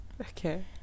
Okay